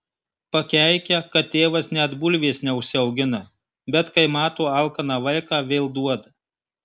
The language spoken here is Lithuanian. pakeikia kad tėvas net bulvės neužsiaugina bet kai mato alkaną vaiką vėl duoda